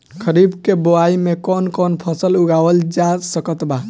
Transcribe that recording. खरीब के बोआई मे कौन कौन फसल उगावाल जा सकत बा?